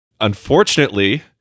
Unfortunately